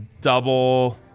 double